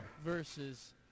versus